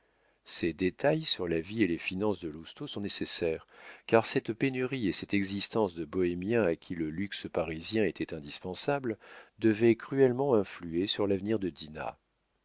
ces détails sur la vie et les finances de lousteau sont nécessaires car cette pénurie et cette existence de bohémien à qui le luxe parisien était indispensable devaient cruellement influer sur l'avenir de dinah